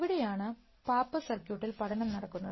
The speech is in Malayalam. ഇവിടെയാണ് പാപ്പസ് സർക്യൂട്ടിൽ പഠനം നടക്കുന്നത്